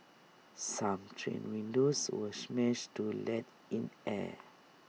some train windows were smashed to let in air